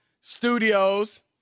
studios